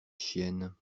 chienne